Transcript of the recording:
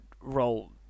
role